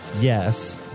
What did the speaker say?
yes